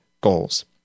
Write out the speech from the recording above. goals